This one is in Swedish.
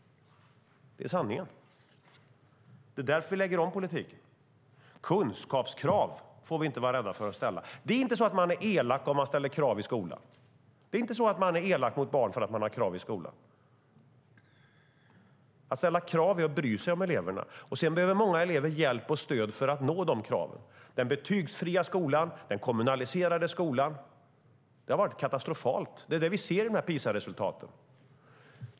Det är sanningen. Och det är därför vi lägger om politiken. Vi får inte vara rädda för att ställa kunskapskrav. Man är inte elak om man ställer krav i skolan. Man är inte elak mot barn för att man har krav i skolan. Att ställa krav är att bry sig om eleverna. Sedan behöver många elever hjälp och stöd för att uppfylla kraven. Den betygsfria skolan, den kommunaliserade skolan, har varit katastrofal. Det visar PISA-resultaten.